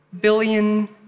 billion